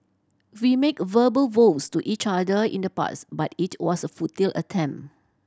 we make verbal vows to each other in the past but it was a futile attempt